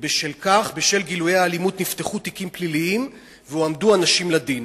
ובשל גילויי האלימות נפתחו תיקים פליליים והועמדו אנשים לדין,